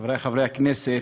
חברי חברי הכנסת,